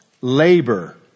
labor